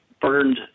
burned